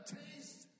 taste